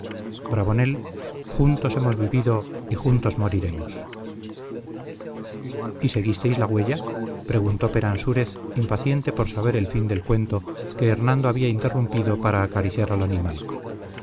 bravonel juntos hemos vivido y juntos moriremos y seguisteis la huella preguntó peransúrez impaciente por saber el fin del cuento que hernando había interrumpido para acariciar al animal